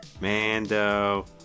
Mando